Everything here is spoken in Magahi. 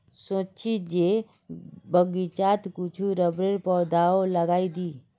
सोच छि जे बगीचात कुछू रबरेर पौधाओ लगइ दी